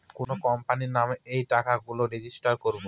কোনো কোম্পানির নামে এই টাকা গুলো রেজিস্টার করবো